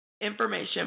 information